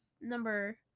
number